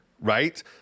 right